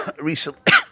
recently